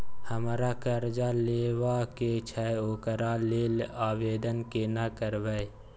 हमरा कर्जा लेबा के छै ओकरा लेल आवेदन केना करबै?